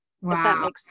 Wow